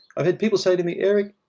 i've had people say to me, eric,